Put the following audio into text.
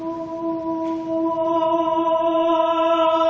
oh